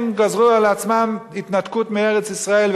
הם גזרו על עצמם התנתקות מארץ-ישראל,